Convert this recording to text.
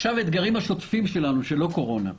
האתגרים השוטפים שלנו שהם לא קורונה: